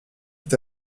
tout